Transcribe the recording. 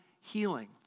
healing